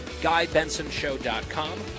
GuyBensonShow.com